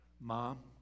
Mom